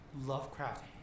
Lovecraft